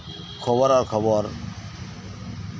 ᱠᱷᱚᱵᱚᱨᱟ ᱠᱷᱚᱵᱚᱨ